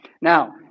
Now